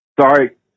Sorry